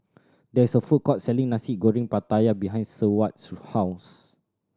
there is a food court selling Nasi Goreng Pattaya behind Seward's house